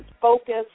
focus